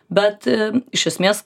bet iš esmės